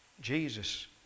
Jesus